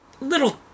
little